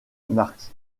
marks